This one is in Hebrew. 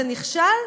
זה נכשל,